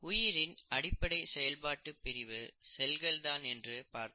உயிரின் அடிப்படை செயல்பாட்டு பிரிவு செல்கள்தான் என்று பார்த்தோம்